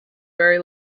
very